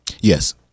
Yes